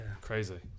Crazy